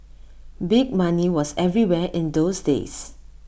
big money was everywhere in those days